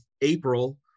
April